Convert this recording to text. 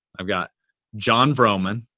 i've got jon vroman.